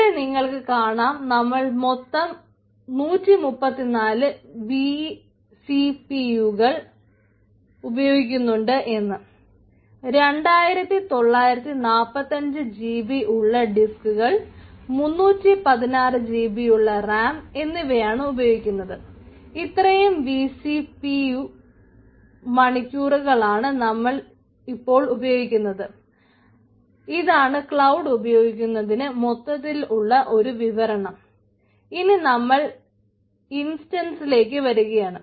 ഇവിടെ നിങ്ങൾക്ക് കാണാം നമ്മൾ മൊത്തം 134 വി സി പി യുകൾ വരികയാണ്